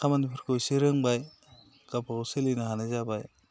खामानिफोरखौ एसे रोंबाय गावबागाव सोलिनो हानाय जाबाय